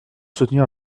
soutenir